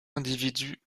individu